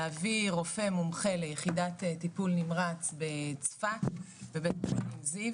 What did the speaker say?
להביא רופא מומחה ליחידת טיפול נמרץ בצפת ובית חולים זיו